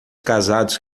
casados